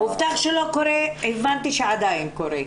הובטח שלא קורה, הבנתי שעדיין קורה.